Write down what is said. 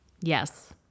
Yes